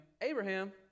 Abraham